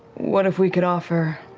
what if we could offer